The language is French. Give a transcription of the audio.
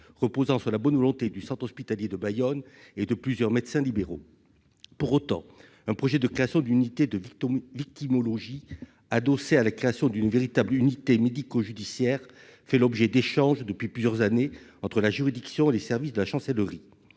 reposant sur la bonne volonté du centre hospitalier de Bayonne et de plusieurs médecins libéraux. Pour autant, un projet de création d'une unité de victimologie adossée à la création d'une véritable unité médico-judiciaire fait l'objet d'échanges depuis plusieurs années entre la juridiction et les services de la Chancellerie.